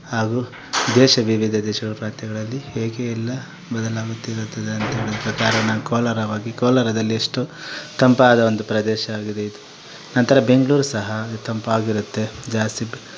ಹಾಗೂ ದೇಶ ವಿವಿಧ ದೇಶಗಳ ಪ್ರಾಂತ್ಯಗಳಲ್ಲಿ ಹೇಗೆ ಎಲ್ಲ ಬದಲಾಗುತ್ತಿರುತ್ತದೆ ಪ್ರಕಾರ ನಾ ಕೋಲಾರವಾಗಿ ಕೋಲಾರದಲ್ಲಿ ಎಷ್ಟು ತಂಪಾದ ಒಂದು ಪ್ರದೇಶ ಆಗಿದೆ ಇದು ನಂತರ ಬೆಂಗಳೂರು ಸಹ ತಂಪಾಗಿರುತ್ತೆ ಜಾಸ್ತಿ